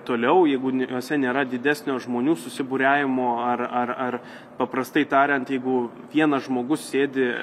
toliau jeigu juose nėra didesnio žmonių susibūriavimo ar ar ar paprastai tariant jeigu vienas žmogus sėdi